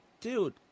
dude